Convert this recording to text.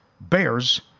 Bears